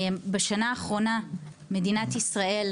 בשנה האחרונה מדינת ישראל,